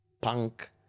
punk